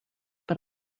but